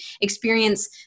experience